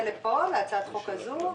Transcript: להצעת החוק הזו?